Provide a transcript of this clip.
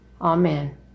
Amen